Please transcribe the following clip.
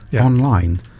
online